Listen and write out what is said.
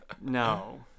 no